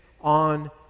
on